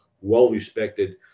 well-respected